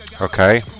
Okay